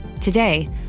Today